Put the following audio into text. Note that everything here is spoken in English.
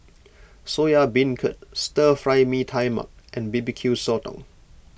Soya Beancurd Stir Fry Mee Tai Mak and B B Q Sotong